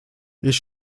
ich